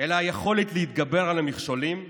אלא היכולת להתגבר על המכשולים ולהמשיך",